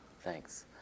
Thanks